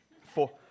Four